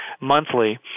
monthly